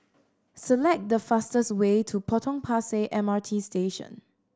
select the fastest way to Potong Pasir M R T Station